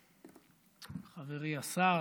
חברי השר,